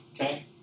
Okay